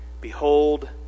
behold